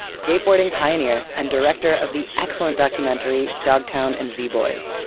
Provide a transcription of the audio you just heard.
skateboarding pioneer, and director of the excellent documentary dogtown and z boys,